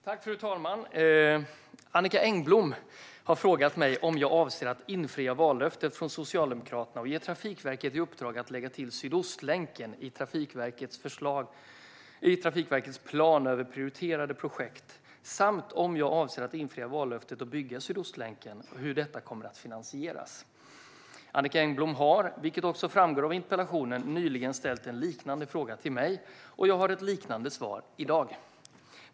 Fru talman! Annicka Engblom har frågat mig om jag avser att infria vallöftet från Socialdemokraterna och ge Trafikverket i uppdrag att lägga till Sydostlänken i Trafikverkets plan över prioriterade projekt samt, om jag avser att infria vallöftet och bygga Sydostlänken, hur detta kommer att finansieras. Annicka Engblom har, vilket också framgår av interpellationen, nyligen ställt en liknande fråga till mig, och jag har ett liknande svar i dag.